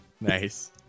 Nice